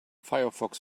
firefox